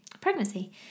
pregnancy